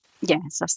Yes